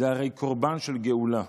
זה הרי קורבן של גאולה.